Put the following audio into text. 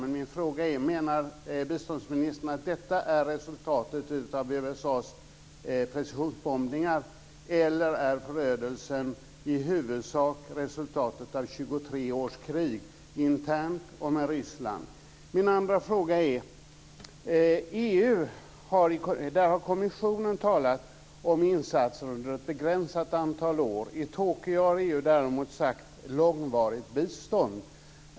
Men min fråga är: Menar biståndsminister att förödelsen är resultatet av USA:s precisionsbombningar eller i huvudsak ett resultat av 23 års krig, internt och med Ryssland? För det andra: Europakommissionen har talat om insatser under ett begränsat antal år. I Tokyo har man från EU:s sida däremot talat om ett långvarigt bistånd.